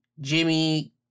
Jimmy